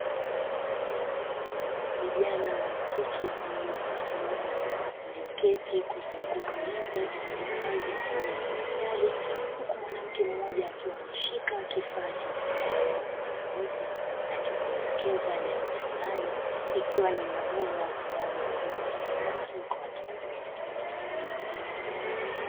Vijana wa kike pamoja na wa kiume walioketi kuzunguka meza iliyohifadhi mfano wa madaftari, huku mwanamke mmoja akiwa ameshika kifaa chenye rangi tofauti tofauti akiwelekeza jambo fulani, hii ikiwa ni mnyororo wa utoaji wa elimu isiyo rasmi kwa watu wazima.